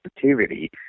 sensitivity